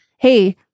Hey